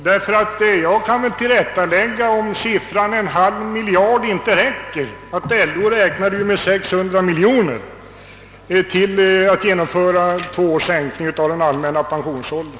Och räcker inte siffran en halv miljard kan jag nämna att LO räknade med 600 miljoner kronor för att genomföra två års sänkning av den allmänna pensionsåldern.